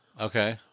Okay